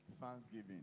Thanksgiving